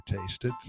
tasted